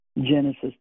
Genesis